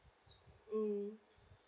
mm